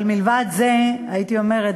אבל מלבד זה הייתי אומרת,